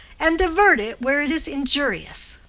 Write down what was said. and divert it where it is injurious?